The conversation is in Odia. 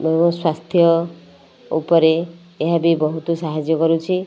ମୋ'ର ସ୍ୱାସ୍ଥ୍ୟ ଉପରେ ଏହା ବି ବହୁତ ସାହାଯ୍ୟ କରୁଛି